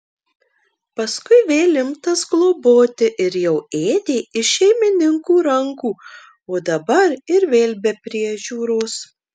paskui vėl imtas globoti ir jau ėdė iš šeimininkų rankų o dabar ir vėl be priežiūros